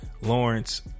Lawrence